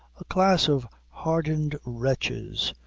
a class of hardened wretches,